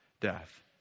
death